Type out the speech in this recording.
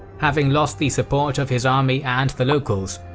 having lost the support of his army and the locals,